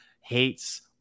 hates